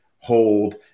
hold